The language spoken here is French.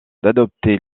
d’adopter